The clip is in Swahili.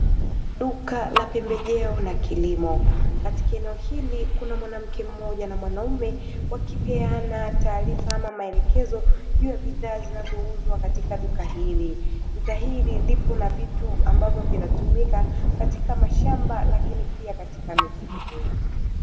Duka la pembejeo na kilimo. Katika eneo hili kuna mwanamke mmoja na mwanaume wakipeana taarifa ama maelekezo juu ya bidhaa zinazouzwa katika duka hili. Duka hili lipo na vitu ambavyo vinatumika katika mashamba lakini pia katika mifugo.